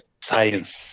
science